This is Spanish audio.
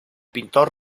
pintor